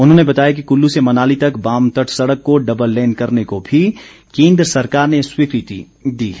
उन्होंने बताया कि कुल्लू से मनाली तक बाम तट सड़क को डबल लेन करने को भी केन्द्र सरकार ने स्वीकृति दी है